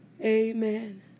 amen